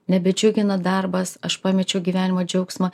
nebedžiugina darbas aš pamečiau gyvenimo džiaugsmą